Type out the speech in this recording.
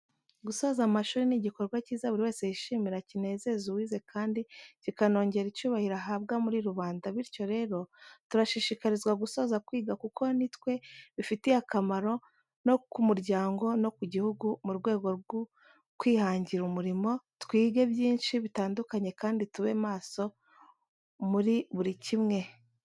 Gusoza kwiga nigikorwa cyiza buriwese yishimira cyineze uwize kandi cyika nojyera icyubahiro ahabwa muri rubanda bityo rero turashishikarinzwa gusoza kwiga kuko nitwe bifitiye akamaro nokiumuryang no ku jyihugu murwego rwukwihajyira umurimo twijye binci bitandukanye kandi tube maso muri buricyimwe.